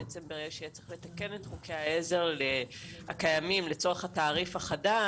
בעצם היה צריך לתקן את חוקי העזר הקיימים לצורך התעריף החדש,